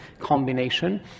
combination